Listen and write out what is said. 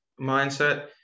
mindset